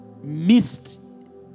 missed